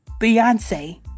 Beyonce